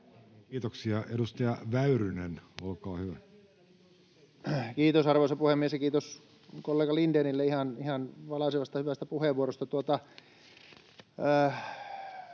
Kiitoksia. — Edustaja Väyrynen, olkaa hyvä. Kiitos, arvoisa puhemies! Ja kiitos kollega Lindénille ihan valaisevasta, hyvästä puheenvuorosta.